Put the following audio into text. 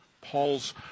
Paul's